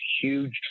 huge